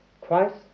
Christ